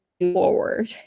forward